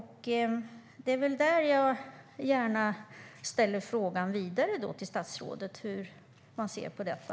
Hur ser statsrådet på detta?